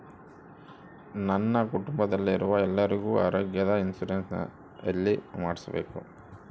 ನನ್ನ ಕುಟುಂಬದಲ್ಲಿರುವ ಎಲ್ಲರಿಗೂ ಆರೋಗ್ಯದ ಇನ್ಶೂರೆನ್ಸ್ ಎಲ್ಲಿ ಮಾಡಿಸಬೇಕು?